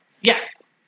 Yes